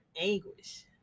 anguish